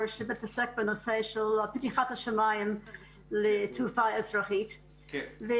שמתעסק בנושא של פתיחת השמיים לתעופה אזרחית.